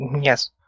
yes